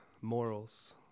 morals